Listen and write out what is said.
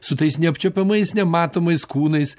su tais neapčiuopiamais nematomais kūnais